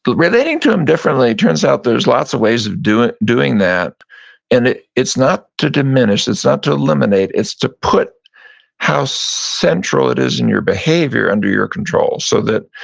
but relating to em differently, turns out there's lots of ways of doing doing that and it's not to diminish, it's not to eliminate, it's to put how central it is in your behavior under your control. so that,